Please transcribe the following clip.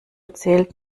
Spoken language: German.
zählt